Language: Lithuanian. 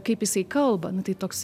kaip jisai kalba nu tai toks